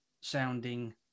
sounding